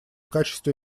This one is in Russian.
качестве